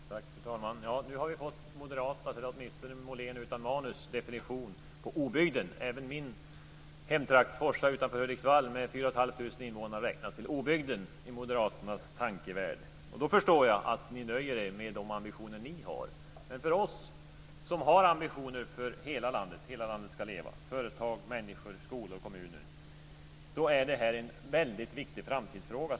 Fru talman! Nu har vi fått Moderaternas, eller åtminstone Moléns utan manus, definition på obygd. Även min hemtrakt Forsa utanför Hudiksvall med 4 500 invånare räknas till obygden i Moderaternas tankevärld. Då förstår jag att ni nöjer er med de ambitioner ni har. Men för oss som har ambitioner för hela landet - Hela Sverige ska leva - för företag, människor, skolor och kommuner är det här en mycket viktig framtidsfråga.